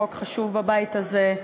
חוק חשוב בבית הזה,